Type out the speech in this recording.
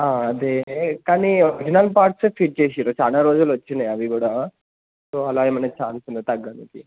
అదే కానీ ఒరిజినల్ పార్ట్సే ఫిట్ చేశారు చాలా రోజులు వచ్చాయి అవి కూడా సో అలా ఏమైనా ఛాన్స్ ఉందా తగ్గడానికి